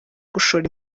gushora